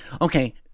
okay